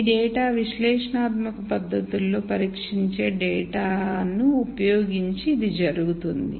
ఈ డేటా విశ్లేషణాత్మక పద్ధతుల్లో పరీక్షించే డేటాను ఉపయోగించి ఇది జరుగుతుంది